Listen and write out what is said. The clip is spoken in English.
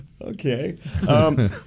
Okay